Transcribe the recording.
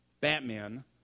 Batman